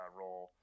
role